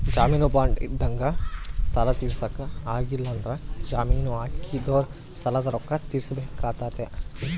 ಜಾಮೀನು ಬಾಂಡ್ ಇದ್ದಂಗ ಸಾಲ ತೀರ್ಸಕ ಆಗ್ಲಿಲ್ಲಂದ್ರ ಜಾಮೀನು ಹಾಕಿದೊರು ಸಾಲದ ರೊಕ್ಕ ತೀರ್ಸಬೆಕಾತತೆ